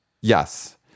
Yes